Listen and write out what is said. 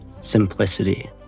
Simplicity